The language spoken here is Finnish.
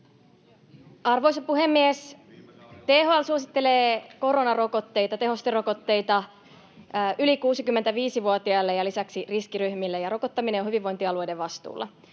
Arvoisa puhemies! THL suosittelee koronarokotteita, tehosterokotteita, yli 65-vuotiaille ja lisäksi riskiryhmille, ja rokottaminen on hyvinvointialueiden vastuulla.